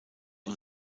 und